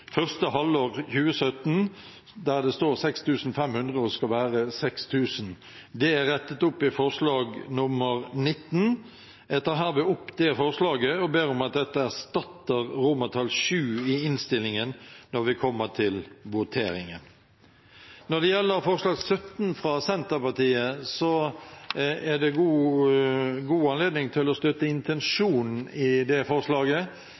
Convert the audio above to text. første halvår 2017, der det står 6 500 kr – det skal være 6 000 kr. Det er rettet opp i forslag nr. 19. Jeg tar herved opp det forslaget og ber om at dette erstatter VI i innstillingen når vi kommer til voteringen. Når det gjelder forslag nr. 17, fra Senterpartiet, er det god anledning til å støtte intensjonen i det forslaget,